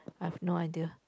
I've no idea